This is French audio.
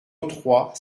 trois